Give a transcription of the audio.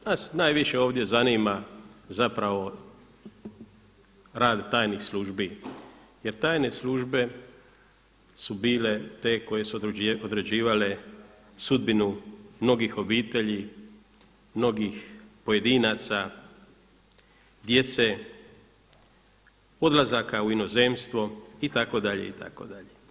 Nas najviše ovdje zanima zapravo rad tajnih službi, jer tajne službe su bile te koje su određivale sudbinu mnogih obitelji, mnogih pojedinaca, djece, odlazaka u inozemstvo itd., itd.